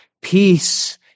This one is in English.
peace